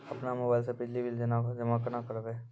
अपनो मोबाइल से बिजली बिल केना जमा करभै?